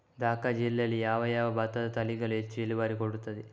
ದ.ಕ ಜಿಲ್ಲೆಯಲ್ಲಿ ಯಾವ ಯಾವ ಭತ್ತದ ತಳಿಗಳು ಹೆಚ್ಚು ಇಳುವರಿ ಕೊಡುತ್ತದೆ?